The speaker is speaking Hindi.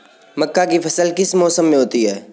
मक्का की फसल किस मौसम में होती है?